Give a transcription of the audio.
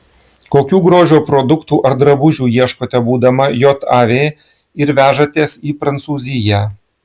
kokių grožio produktų ar drabužių ieškote būdama jav ir vežatės į prancūziją